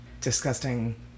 disgusting